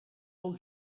pel